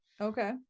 Okay